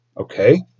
Okay